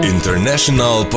International